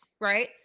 right